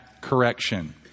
correction